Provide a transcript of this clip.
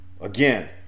again